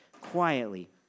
quietly